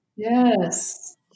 Yes